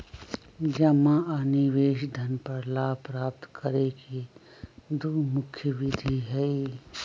जमा आ निवेश धन पर लाभ प्राप्त करे के दु मुख्य विधि हइ